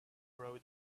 wrote